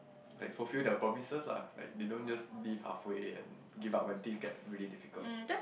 like fulfill their promises lah like they don't just leave halfway and give up when things get really difficult